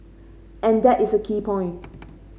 and that is a key point